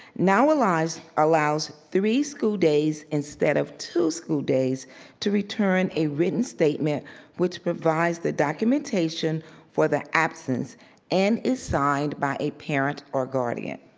now allows allows three school days instead of two school days to return a written statement which provides documentation for the absence and is signed by a parent or guardian.